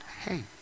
Hey